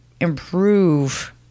improve